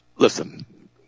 Listen